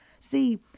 See